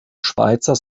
schweizer